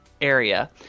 area